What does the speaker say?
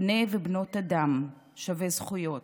בני ובנות אדם שווי זכויות,